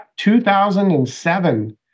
2007